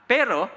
Pero